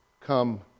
Come